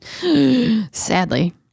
sadly